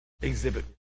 exhibit